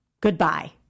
Goodbye